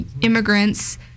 immigrants